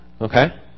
okay